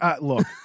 Look